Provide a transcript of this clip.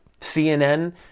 cnn